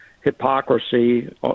hypocrisy